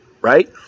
Right